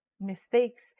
mistakes